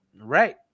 right